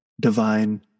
divine